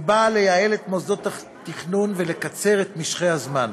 ונועדה לייעל את מוסדות התכנון ולקצר את משכי הזמן.